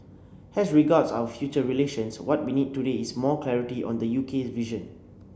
as regards our future relations what we need today is more clarity on the UK's vision